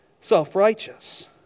self-righteous